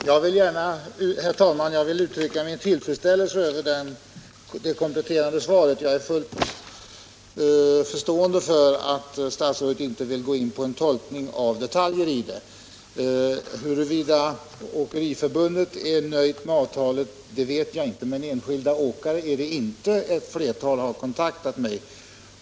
Herr talman! Jag vill uttrycka min tillfredsställelse över det kompletterande svaret. Jag har full förståelse för att statsrådet inte nu vill gå in på en tolkning av detaljer i avtalet. Huruvida Åkeriförbundet är nöjt med avtalet vet jag inte, men enskilda åkare är inte nöjda med det — det vet jag eftersom ett flertal åkare har kontaktat mig.